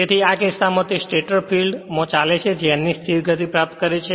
તેથી આ કિસ્સામાં તે સ્ટેટર ફિલ્ડ માં ચાલે છે જે n ની સ્થિર ગતિ પ્રાપ્ત કરે છે